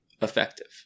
effective